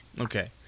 Okay